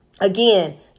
Again